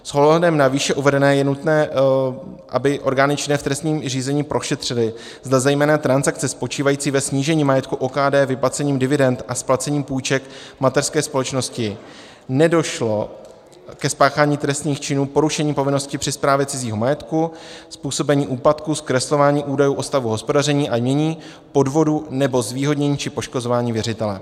S ohledem na výše uvedené je nutné, aby orgány činné v trestním řízení prošetřily, zda zejména transakce spočívající ve snížení majetku OKD vyplacením dividend a splacením půjček mateřské společnosti nedošlo ke spáchání trestných činů porušení povinnosti při správě cizího majetku, způsobení úpadku, zkreslování údajů o stavu hospodaření a jmění, podvodů nebo zvýhodnění či poškozování věřitele.